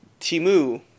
Timu